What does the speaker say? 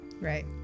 Right